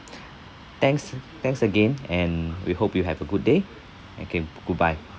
thanks uh thanks again and we hope you have a good day okay goodbye